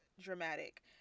dramatic